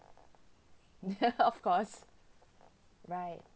ya of course right